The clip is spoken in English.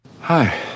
Hi